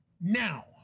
Now